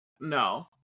no